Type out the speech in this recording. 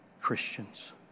Christians